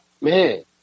man